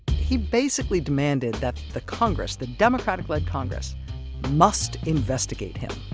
he basically demanded that the congress the democratic led congress must investigate him.